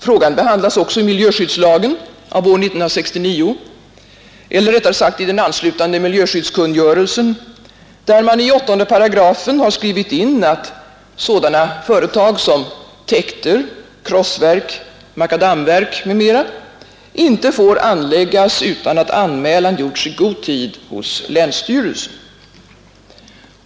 Frågan behandlas också i miljöskyddslagen av år 1969, eller rättare sagt i den anslutande miljöskyddskungörelsen, där man i 8 § har skrivit in att täkter, krossverk, makadamverk m.m. inte får anläggas utan att anmälan gjorts i god tid hos länsstyrelsen.